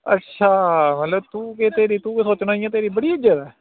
अच्छा मतलब तूं केह् तेरी तूं केह् सोचना इयां बड़ी इज्जत ऐ